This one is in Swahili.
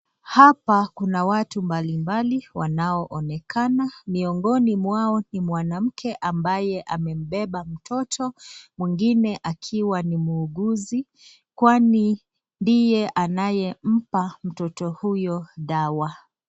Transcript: Hapa kuna watu mbalimbali wanaoonekana. Miongoni mwao ni mwanamke ambaye amembeba mtoto, mwingine akiwa ni muuguzi kwani ndiye anayempa mtoto huyo dawa.